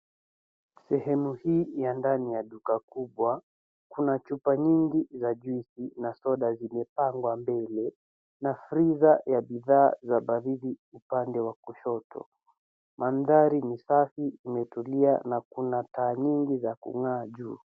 Sehemu hii ya ndani duka kubwa kuna chupa nyingo za juisi na soda zimepangwa mbele, na friza ya bidhaa za baridi upande wa kushoto, mandhari ni safi imetulia na kuna taa nyingi za kung'aa juu.